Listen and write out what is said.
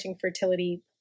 fertility